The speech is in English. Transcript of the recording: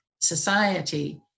society